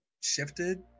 shifted